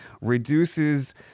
reduces